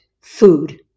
food